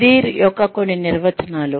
career యొక్క కొన్ని నిర్వచనాలు